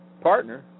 partner